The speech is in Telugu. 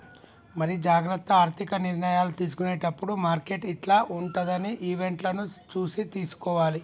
మరి జాగ్రత్త ఆర్థిక నిర్ణయాలు తీసుకునేటప్పుడు మార్కెట్ యిట్ల ఉంటదని ఈవెంట్లను చూసి తీసుకోవాలి